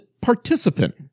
participant